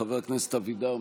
חבר הכנסת אבידר,